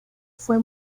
fue